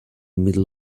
middle